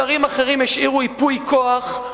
שרים אחרים השאירו ייפוי-כוח,